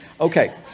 Okay